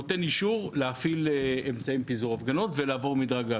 נותן אישור להפעיל אמצעים לפיזור הפגנות ולעבור מדרג.